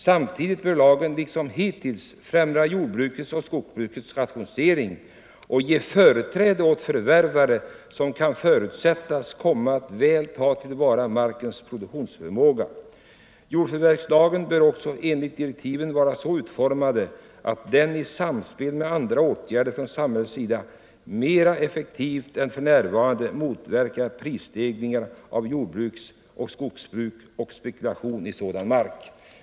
Samtidigt bör lagen liksom hittills främja jordbrukets och skogsbrukets rationalisering och ge företräde åt förvärvare som kan förutsättas komma att väl ta till vara markens produktionsförmåga.” Jordförvärvslagen bör också enligt direktiven ”vara så utformad att den i samspel med andra åtgärder från samhällets sida mera effektivt än f.n. motverkar prisstegring på jordbruksoch skogsmark och spekulation i sådan mark”.